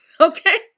Okay